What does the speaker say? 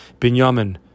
Binyamin